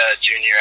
junior